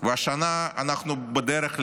והשנה אנחנו בדרך ל-8%,